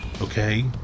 Okay